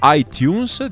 iTunes